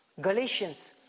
Galatians